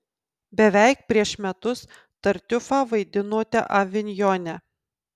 beveik prieš metus tartiufą vaidinote avinjone